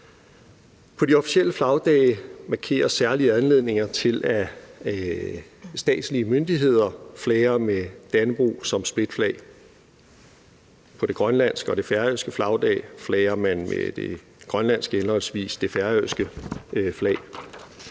På de officielle flagdage markeres særlige anledninger til, at statslige myndigheder flager med Dannebrog som splitflag. På den grønlandske og den færøske flagdag flager man med det grønlandske henholdsvis det færøske flag.